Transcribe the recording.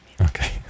okay